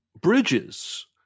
bridges